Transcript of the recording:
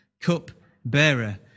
cup-bearer